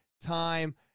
time